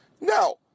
Now